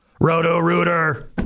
Roto-Rooter